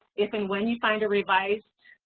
if and when you find a revised